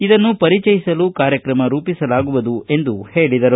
ಇದನ್ನು ಪರಿಚಯಿಸಲು ಕಾರ್ಯಕ್ರಮ ರೂಪಿಸಲಾಗುವುದು ಎಂದು ಹೇಳಿದರು